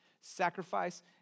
Sacrifice